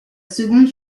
seconde